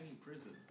Prison